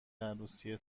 عروسی